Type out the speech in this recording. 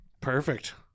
Perfect